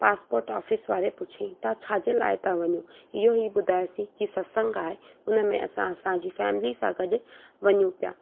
passport office वारे पुछियई तव्हां छा जे लाइ था वञो इहो ई ॿुधायोसीं की सतसंग आहे हुन में असां असांजी फेमिली सां गॾु वञूं पिया